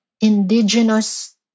indigenous